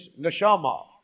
Neshama